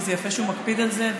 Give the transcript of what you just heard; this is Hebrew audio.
וזה יפה שהוא מקפיד על זה,